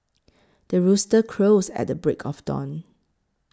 the rooster crows at the break of dawn